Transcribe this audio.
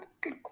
good